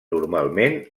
normalment